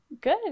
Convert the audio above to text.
Good